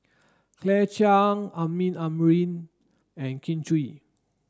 Claire Chiang Amin Amrin and Kin Chui